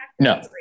No